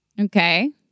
Okay